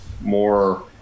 more